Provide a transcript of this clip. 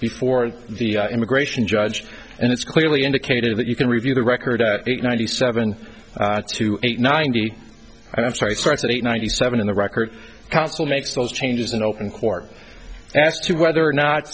before the immigration judge and it's clearly indicated that you can review the record ninety seven to eight ninety i don't fight starts at eight ninety seven in the record counsel makes those changes in open court as to whether or not